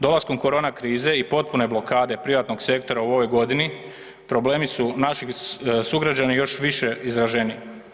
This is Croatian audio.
Dolaskom korona krize i potpune blokade privatnog sektora u ovoj godini problemi su naših sugrađana još više izraženi.